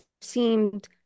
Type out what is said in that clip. seemed